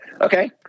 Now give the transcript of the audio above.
Okay